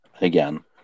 again